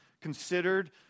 considered